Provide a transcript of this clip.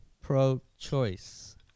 pro-choice